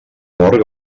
mort